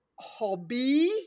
hobby